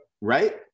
Right